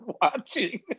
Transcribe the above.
watching